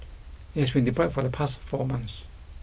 it has been deployed for the past four months